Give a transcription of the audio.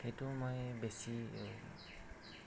সেইটো মই বেছি